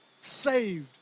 saved